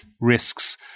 risks